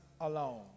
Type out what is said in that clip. alone